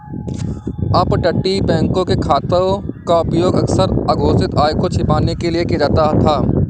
अपतटीय बैंकों के खातों का उपयोग अक्सर अघोषित आय को छिपाने के लिए किया जाता था